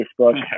Facebook